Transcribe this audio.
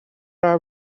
are